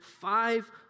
five